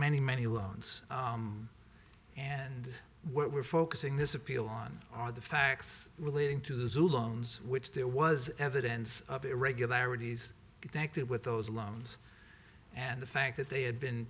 many many loans and what we're focusing this appeal on are the facts relating to the loans which there was evidence of irregularities detected with those loans and the fact that they had been